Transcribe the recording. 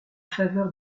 faveur